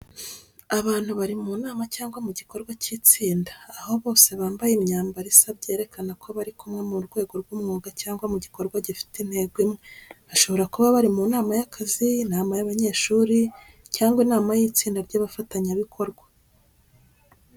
Abantu bari mu nama cyangwa mu gikorwa cy’itsinda, aho bose bambaye imyambaro isa byerekana ko bari kumwe mu rwego rw'umwuga cyangwa mu gikorwa gifite intego imwe. Bashobora kuba bari mu nama y’akazi, inama y’abanyeshuri, cyangwa inama y’itsinda ry’abafatanyabikorwa.